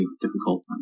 difficult